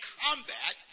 combat